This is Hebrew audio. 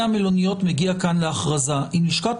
נושא המלוניות מגיע כאן להכרזה.